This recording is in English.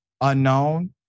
unknown